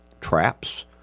traps